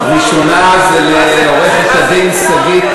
ראשונה, לעורכת-הדין שגית